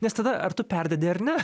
nes tada ar tu perdedi ar ne